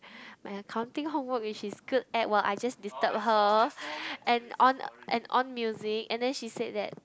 my accounting homework which she's good at while I just disturb her and on and on music and then she said that